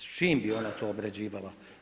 S čim bi ona to obrađivala?